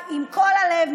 ובאה עם כל הלב,